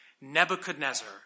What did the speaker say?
Nebuchadnezzar